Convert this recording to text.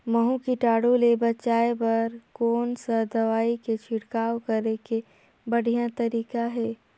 महू कीटाणु ले बचाय बर कोन सा दवाई के छिड़काव करे के बढ़िया तरीका हे?